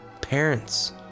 Parents